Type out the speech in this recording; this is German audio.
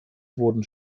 wurden